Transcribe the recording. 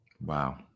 wow